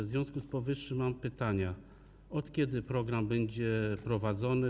W związku z powyższym mam pytania: Od kiedy program będzie wprowadzany?